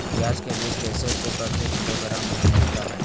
प्याज के बीज कैसे रुपए प्रति किलोग्राम हमिलता हैं?